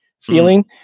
feeling